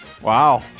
wow